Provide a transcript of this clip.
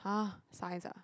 !huh! Science ah